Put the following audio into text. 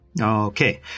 Okay